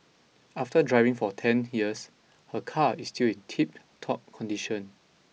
after driving for ten years her car is still in tiptop condition